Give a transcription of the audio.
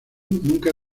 nunca